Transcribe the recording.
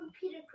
Peter